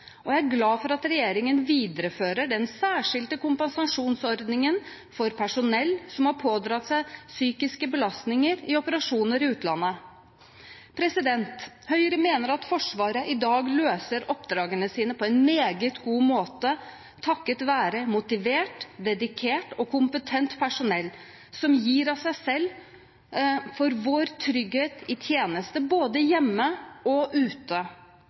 og jeg er glad for at regjeringen viderefører den særskilte kompensasjonsordningen for personell som har pådratt seg psykiske belastninger i operasjoner i utlandet. Høyre mener at Forsvaret i dag løser oppdragene sine på en meget god måte takket være motivert, dedikert og kompetent personell som gir av seg selv for vår trygghet i tjeneste både hjemme og ute.